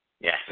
Yes